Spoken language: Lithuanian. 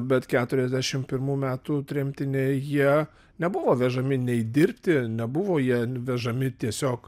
bet keturiasdešim pirmų metų tremtiniai jie nebuvo vežami nei dirbti nebuvo jie vežami tiesiog